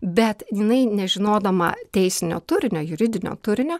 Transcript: bet jinai nežinodama teisinio turinio juridinio turinio